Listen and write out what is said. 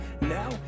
Now